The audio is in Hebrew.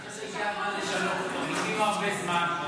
אני חושב שהגיע הזמן לשנות, וחיכינו הרבה זמן.